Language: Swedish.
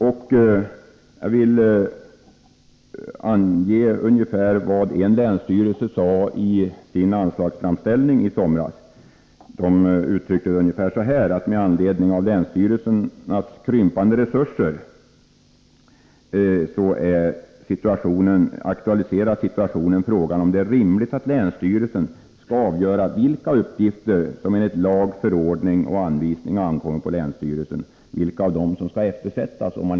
Jag vill peka på vad en länsstyrelse anförde i sin anslagsframställning i somras. Den framhöll att krympningen av resurserna aktualiserar frågan om det är rimligt att länsstyrelsen skall avgöra vilka av de uppgifter som enligt lag, förordning och anvisning ankommer på länsstyrelsen som skall eftersättas.